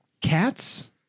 cats